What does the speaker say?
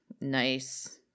nice